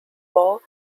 wall